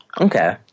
Okay